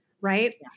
right